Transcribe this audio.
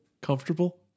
Comfortable